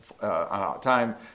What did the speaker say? time